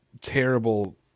terrible